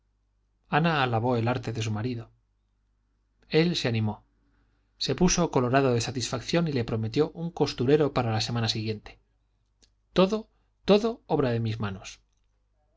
ana alabó el arte de su marido él se animó se puso colorado de satisfacción y le prometió un costurero para la semana siguiente todo todo obra de mis manos